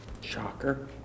Shocker